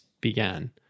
began